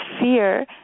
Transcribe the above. fear